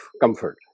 comfort